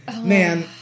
man